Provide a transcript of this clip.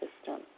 system